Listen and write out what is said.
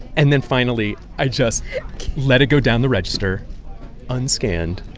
and then finally, i just let it go down the register unscanned.